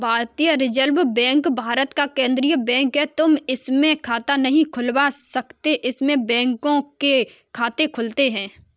भारतीय reserve bank Bharat का केन्द्रीय बैंक है, तुम इसमें खाता नहीं खुलवा सकते इसमें बैंकों के खाते खुलते हैं